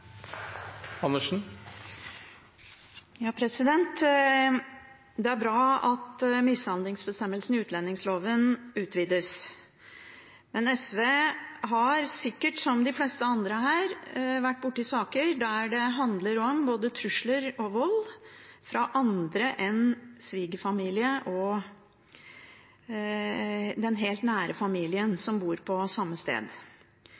blir replikkordskifte. Det er bra at mishandlingsbestemmelsen i utlendingsloven utvides. Men SV har, som sikkert de fleste andre her, vært borti saker der det handler om både trusler og vold fra andre enn svigerfamilien og den helt nære familien